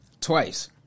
Twice